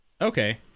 Okay